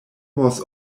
was